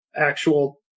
actual